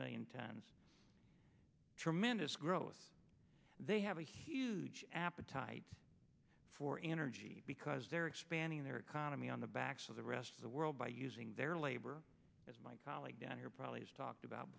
million to and tremendous growth they have a huge appetite for energy because they're expanding their economy on the backs of the rest of the world by using their labor as my colleague down here probably has talked about